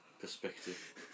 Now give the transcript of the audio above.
Perspective